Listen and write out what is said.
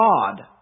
God